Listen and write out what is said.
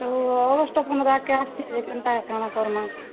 ଏ ଅଗଷ୍ଟ ପନ୍ଦର ଆଗ୍କେ ଆସୁଛି କେନ୍ତା କାଣା କର୍ମା